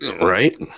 Right